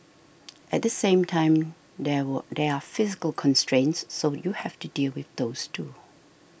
at the same time there were they're physical constraints so you have to deal with those too